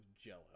jello